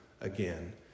again